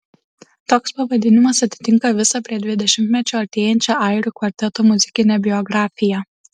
toks pavadinimas atitinka visą prie dvidešimtmečio artėjančią airių kvarteto muzikinę biografiją